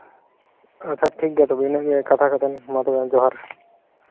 ᱟᱪᱪᱷᱟ ᱴᱷᱤᱠ ᱜᱮᱭᱟ ᱛᱚᱵᱮ ᱤᱱᱟᱹᱜ ᱜᱮ ᱠᱟᱛᱷᱟ ᱠᱚᱫᱚ ᱢᱟ ᱛᱚᱵᱮ ᱡᱚᱦᱟᱨ